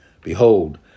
Behold